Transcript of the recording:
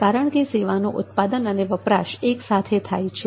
કારણકે સેવાનો ઉત્પાદન અને વપરાશ એક સાથે થાય છે